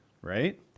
right